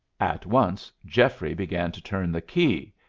at once geoffrey began to turn the key.